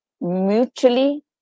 mutually